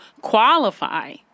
qualify